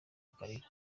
akarira